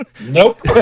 Nope